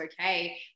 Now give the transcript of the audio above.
okay